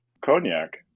Cognac